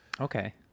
Okay